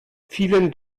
vielen